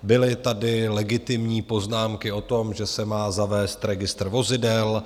Byly tady legitimní poznámky o tom, že se má zavést registr vozidel.